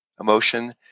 emotion